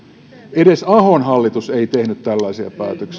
edes ahon hallitus ei tehnyt tällaisia päätöksiä